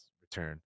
return